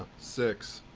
six.